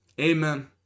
Amen